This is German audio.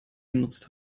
genutzt